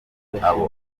abo